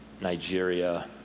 Nigeria